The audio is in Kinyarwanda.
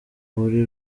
buri